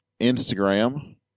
Instagram